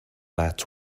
that